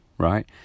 Right